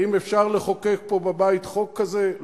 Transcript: האם אפשר לחוקק פה בבית חוק כזה?